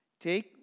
Take